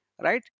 Right